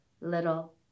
little